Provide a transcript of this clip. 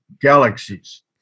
galaxies